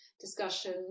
discussion